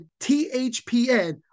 THPN